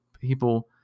people